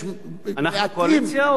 קואליציה או אופוזיציה?